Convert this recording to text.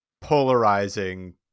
polarizing